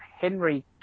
Henry